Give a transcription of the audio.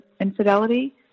infidelity